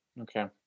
Okay